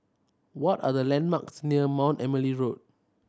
what are the landmarks near Mount Emily Road